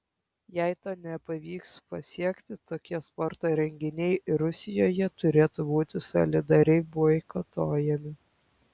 jei to nepavyks pasiekti tokie sporto renginiai rusijoje turėtų būti solidariai boikotuojami